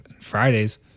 Fridays